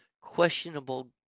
questionable